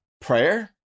prayer